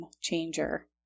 changer